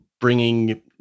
bringing